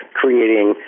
creating